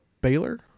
Baylor